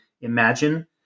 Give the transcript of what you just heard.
imagine